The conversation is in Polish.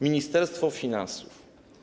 Ministerstwo Finansów.